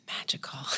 magical